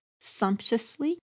sumptuously